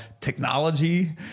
technology